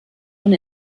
und